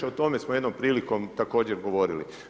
O tome smo jednom prilikom također govorili.